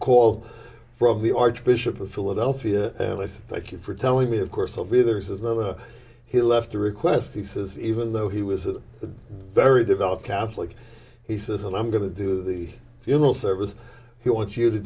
call from the archbishop of philadelphia and i say thank you for telling me of course i'll be there as though he left a request he says even though he was a very devout catholic he says and i'm going to do the funeral service he wants you to